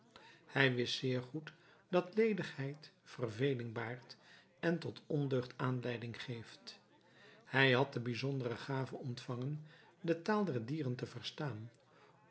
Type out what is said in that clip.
hij wist zeer goed dat ledigheid verveling baart en tot ondeugd aanleiding geeft hij had de bijzondere gave ontvangen de taal der dieren te verstaan